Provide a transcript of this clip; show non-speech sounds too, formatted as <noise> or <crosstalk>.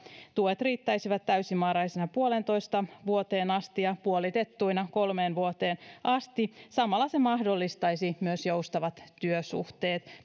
tuet riittäisivät täysimääräisinä puoleentoista vuoteen asti ja puolitettuina kolmeen vuoteen asti samalla se mahdollistaisi myös joustavat työsuhteet <unintelligible>